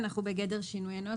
אנחנו בגדר שינויי נוסח,